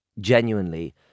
genuinely